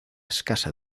escasa